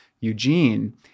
Eugene